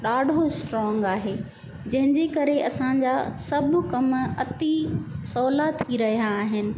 ॾाढो स्ट्रॉंग आहे जंहिंजे करे असांजा सभु कमु अती सवला थी रहिया आहिनि